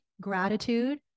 gratitude